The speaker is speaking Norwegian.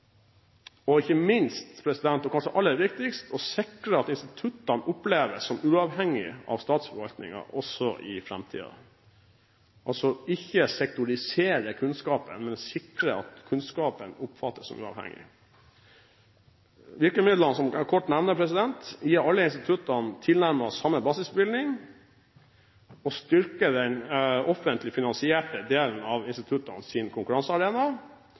og gjennomslagskraft Og ikke minst er det viktig – og kanskje det aller viktigste – å sikre at instituttene oppleves som uavhengige av statsforvaltningen, og ikke sektorisere kunnskapen, men sikre at kunnskapen oppfattes som uavhengig, også i framtiden. Virkemidler for å oppnå dette skal jeg nevne kort: Alle instituttene må gis tilnærmet samme basisbevilgning, og den offentlig finansierte delen av